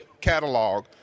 catalog